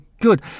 Good